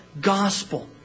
gospel